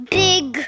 big